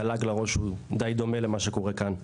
התל"ג לראש הוא דיי דומה למה שקורה כאן.